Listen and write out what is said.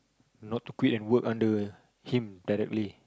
not to quit and work under him directly